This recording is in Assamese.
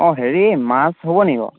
অঁ হেৰি মাছ হ'ব নেকি বাৰু